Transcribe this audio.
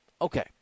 Okay